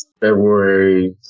february